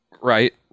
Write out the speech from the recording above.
Right